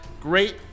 great